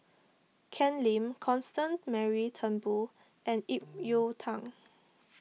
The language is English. Ken Lim Constance Mary Turnbull and Ip Yiu Tung